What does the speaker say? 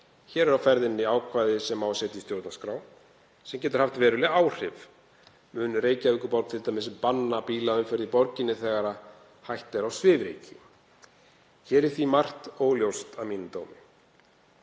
Hér er á ferðinni ákvæði sem á að setja í stjórnarskrá sem getur haft veruleg áhrif. Mun Reykjavíkurborg t.d. banna bílaumferð í borginni þegar hætta er á svifryki? Hér er því margt óljóst að mínum dómi.